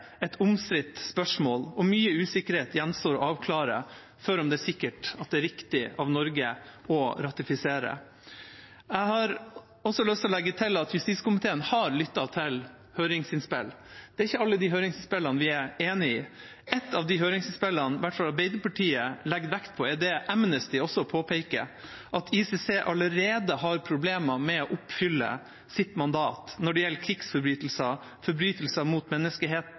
er riktig av Norge å ratifisere. Jeg har lyst til å legge til at justiskomiteen har lyttet til høringsinnspill. Det er ikke alle de høringsinnspillene vi er enig i. Et av de høringsinnspillene i hvert fall Arbeiderpartiet legger vekt på, er det Amnesty også påpeker, at ICC allerede har problemer med å oppfylle sitt mandat når det gjelder krigsforbrytelser, forbrytelser mot